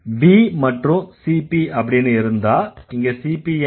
V மற்றும் CP அப்படின்னு இருந்தா இங்க CP என்ன